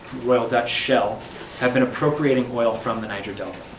royal dutch shell have been appropriating oil from the niger delta.